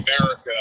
america